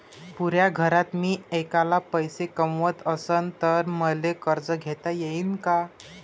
पुऱ्या घरात मी ऐकला पैसे कमवत असन तर मले कर्ज घेता येईन का?